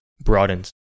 broadens